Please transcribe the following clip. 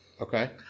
Okay